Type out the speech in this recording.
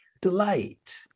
delight